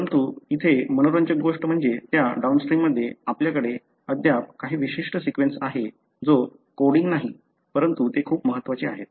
परंतु येथे मनोरंजक गोष्ट म्हणजे त्या डाउनस्ट्रीममध्ये आपल्याकडे अद्याप काही विशिष्ट सीक्वेन्स आहे जो कोडिंग नाही परंतु ते खूप महत्वाचे आहेत